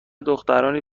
دخترانی